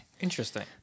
Interesting